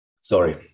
sorry